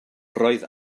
roedd